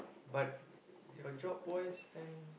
but your job wise then